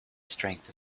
strength